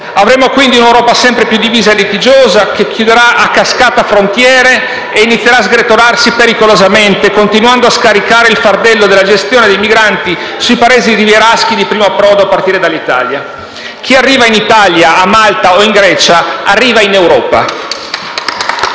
Avremo quindi un'Europa sempre più divisa e litigiosa, che chiuderà a cascata le frontiere nazionali da Nord a Sud e inizierà a sgretolarsi pericolosamente, continuando a scaricare il fardello della gestione dei migranti sui Paesi rivieraschi di primo approdo, a partire dall'Italia. Chi arriva in Italia, a Malta o in Grecia arriva in Europa.